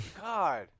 God